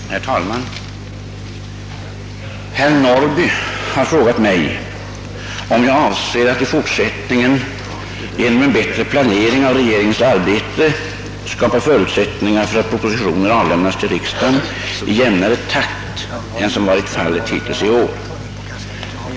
Herr talman! Herr Norrby har frågat mig, om jag avser att i fortsättningen genom en bättre planering av regeringens arbete skapa förutsättningar för att propositioner avlämnas till riksdagen i jämnare takt än vad som varit fallet hittills i år.